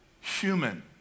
human